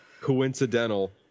coincidental